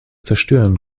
zerstören